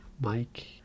Mike